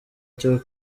cyo